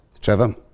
Trevor